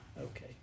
okay